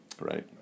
Right